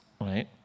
right